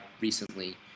recently